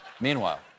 Meanwhile